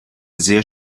sehr